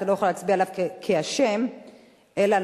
אתה לא יכול להצביע עליו כאשם אלא על